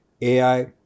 AI